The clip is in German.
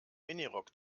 minirock